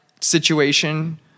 situation